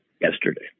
yesterday